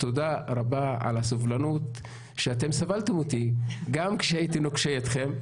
תודה רבה על הסבלנות שאתם סבלתם אותי גם כשהייתי נוקשה איתכם,